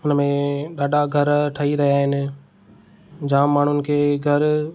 हुन में ॾाढा घर ठही रहिया आहिनि जाम माण्हुनि खे घरु